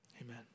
Amen